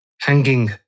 hanging